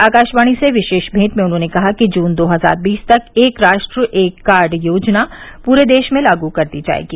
आकाशवाणी से विशेष मेंट में उन्होंने कहा कि जून दो हजार बीस तक एक राष्ट्र एक कार्ड योजना पूरे देश में लागू कर दी जाएगी